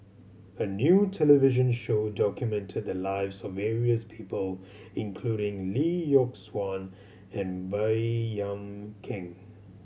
a new television show documented the lives of various people including Lee Yock Suan and Baey Yam Keng